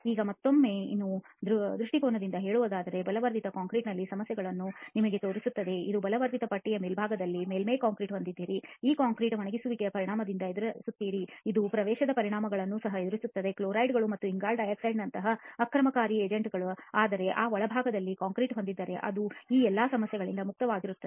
ಈಗ ಮತ್ತೊಮ್ಮೆ ಇದನ್ನು ದೃಷ್ಟಿಕೋನದಿಂದ ಹೇಳುವುದಾದರೆ ಬಲವರ್ಧಿತ ಕಾಂಕ್ರೀಟ್ ನಲ್ಲಿನ ಸಮಸ್ಯೆಯನ್ನು ನಿಮಗೆ ತೋರಿಸುತ್ತದೆ ನೀವು ಬಲಪಡಿಸುವ ಪಟ್ಟಿಯ ಮೇಲ್ಭಾಗದಲ್ಲಿ ಮೇಲ್ಮೈ ಕಾಂಕ್ರೀಟ್ ಹೊಂದಿದ್ದೀರಿ ಈ ಕಾಂಕ್ರೀಟ್ ಒಣಗಿಸುವಿಕೆಯ ಪರಿಣಾಮಗಳನ್ನು ಎದುರಿಸುತ್ತಿದೆ ಇದು ಪ್ರವೇಶದ ಪರಿಣಾಮಗಳನ್ನು ಸಹ ಎದುರಿಸುತ್ತಿದೆ ಕ್ಲೋರೈಡ್ಗಳು ಮತ್ತು ಇಂಗಾಲದ ಡೈಆಕ್ಸೈಡ್ನಂತಹ ಆಕ್ರಮಣಕಾರಿ ಏಜೆಂಟ್ಗಳ ಆದರೆ ನೀವು ಒಳಭಾಗದಲ್ಲಿ ಕಾಂಕ್ರೀಟ್ ಹೊಂದಿದ್ದರೆ ಅದು ಈ ಎಲ್ಲ ಸಮಸ್ಯೆಗಳಿಂದ ಮುಕ್ತವಾಗಿರುತ್ತದೆ